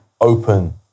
open